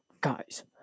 Guys